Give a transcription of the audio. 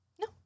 No